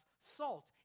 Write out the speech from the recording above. salt